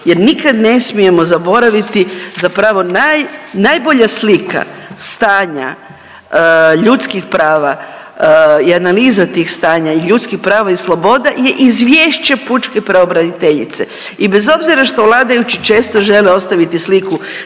jer nikad ne smijemo zaboraviti zapravo najbolja slika stanja ljudskih prava i analiza tih stanja i ljudskih prava i slobode je izvješće pučke pravobraniteljice. I bez obzira što vladajući često žele ostaviti sliku